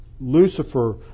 Lucifer